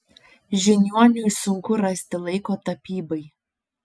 žiniuoniui sunku rasti laiko tapybai